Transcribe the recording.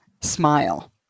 Smile